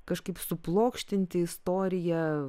kažkaip suplokštinti istoriją